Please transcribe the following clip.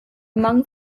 among